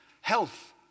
health